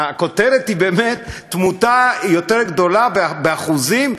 הכותרת היא באמת: תמותה רבה יותר, באחוזים,